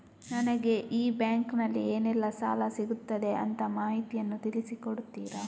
ನನಗೆ ಈ ಬ್ಯಾಂಕಿನಲ್ಲಿ ಏನೆಲ್ಲಾ ಸಾಲ ಸಿಗುತ್ತದೆ ಅಂತ ಮಾಹಿತಿಯನ್ನು ತಿಳಿಸಿ ಕೊಡುತ್ತೀರಾ?